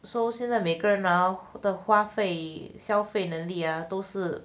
so 现在每个人花费消费能力呀都是